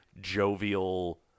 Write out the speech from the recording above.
jovial